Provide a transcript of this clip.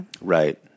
right